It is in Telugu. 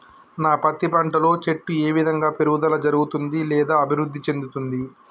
నా పత్తి పంట లో చెట్టు ఏ విధంగా పెరుగుదల జరుగుతుంది లేదా అభివృద్ధి చెందుతుంది?